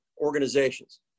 organizations